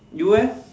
you eh